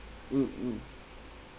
mm mm